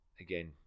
again